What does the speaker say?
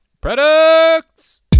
Products